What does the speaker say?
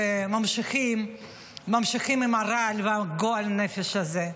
וממשיכים עם הרעל והגועל נפש הזה.